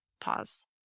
Pause